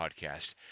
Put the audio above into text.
Podcast